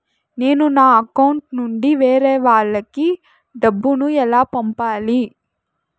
నేను నా అకౌంట్ నుండి వేరే వాళ్ళకి డబ్బును ఎలా పంపాలి?